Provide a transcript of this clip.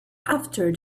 after